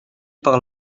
par